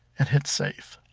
and hit save.